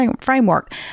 framework